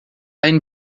ein